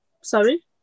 sorry